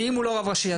ואם הוא לא רב ראשי,